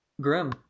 Grim